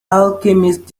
alchemist